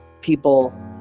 People